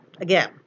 again